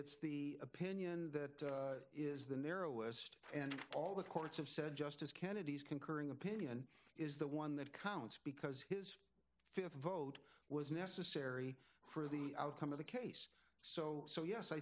it's the opinion that is the narrowest and all the courts have said justice kennedy's concurring opinion is the one that counts because his fifth vote was necessary for the outcome of the case so so yes i